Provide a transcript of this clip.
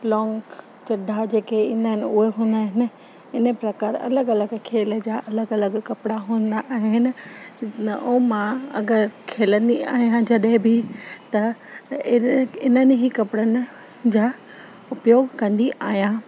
लौंग चढा जेके ईंदा आहिनि उहे हूंदा आहिनि इन प्रकार अलॻि अलॻि खेल जा अलॻि अलॻि कपिड़ा हूंदा आहिनि नओं मां अगरि खेलंदी आहियां जॾहिं बि त अहिड़े इननि ही कपिड़नि जा उपयोगु कंदी आहियां